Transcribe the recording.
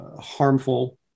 harmful